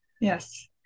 Yes